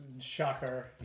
shocker